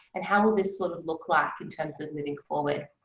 and how will this sort of look like in terms of moving forward?